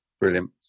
brilliant